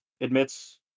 admits